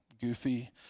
goofy